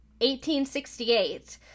1868